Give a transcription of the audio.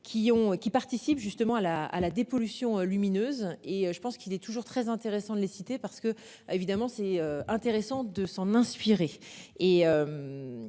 qui participent justement à la à la dépollution lumineuses et je pense qu'il est toujours très intéressant de les citer parce que évidemment c'est intéressant de s'en inspirer